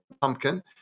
pumpkin